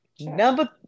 Number